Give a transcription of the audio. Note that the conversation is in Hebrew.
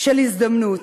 של הזדמנות.